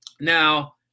Now